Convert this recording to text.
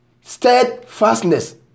Steadfastness